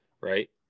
Right